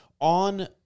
On